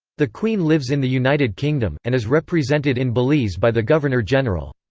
the queen lives in the united kingdom, and is represented in belize by the governor-general.